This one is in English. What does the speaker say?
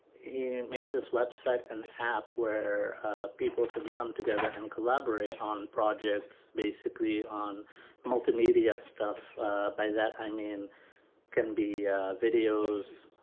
he made this website and app where people can come together and collaborate on projects basically on multimedia stuff by that i mean can be videos,